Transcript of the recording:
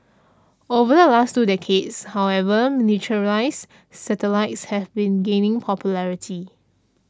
over the last two decades however miniaturised satellites have been gaining popularity